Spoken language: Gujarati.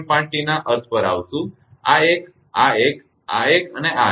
5T ના અર્થ પર આવીશું આ એક આ એક આ એક અને આ એક